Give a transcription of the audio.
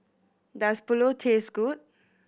does Pulao taste good